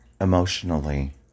emotionally